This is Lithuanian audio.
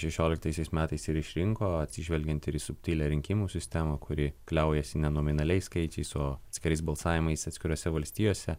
šešioliktaisiais metais ir išrinko atsižvelgiant ir į subtilią rinkimų sistemą kuri kliaujasi ne nominaliais skaičiais o atskirais balsavimais atskirose valstijose